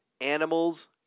Animals